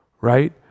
right